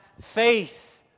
faith